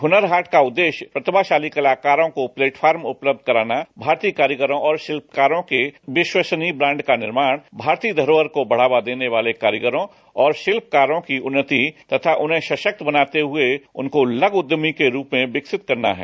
हुनर हाट का उद्देश्य प्रतिभाशाली कलाकारों को प्लेटफॉर्म उपलब्ध कराना भारतीय कारीगरों और शिल्पकारों के विश्वसनीय ब्राण्ड का निर्माण भारतीय धरोहर को बढ़ावा देने वाले कारीगरों व शिल्पकारों की उन्नति तथा उन्हें सशक्त बनाते हुए उनको लघु उद्यमी के रूप में विकसित करना है